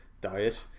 diet